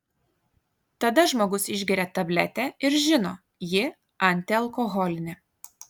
tada žmogus išgeria tabletę ir žino ji antialkoholinė